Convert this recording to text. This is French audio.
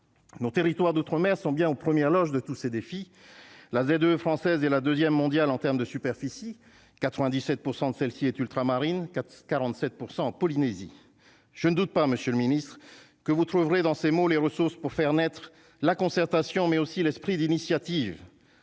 nos territoires d'outre-mer sont bien aux premières loges de tous ces défis, la de française et la 2ème mondial en terme de superficie 97 % de celle-ci est ultramarines quatre 47 % en Polynésie, je ne doute pas, Monsieur le Ministre, que vous trouverez dans ses mots les ressources pour faire naître la concertation mais aussi l'esprit d'initiative